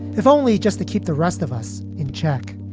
if only just to keep the rest of us in check.